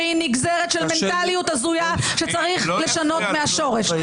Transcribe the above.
שהיא נגזרת של מנטליות הזויה שצריך לשנות מהשורש.